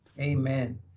Amen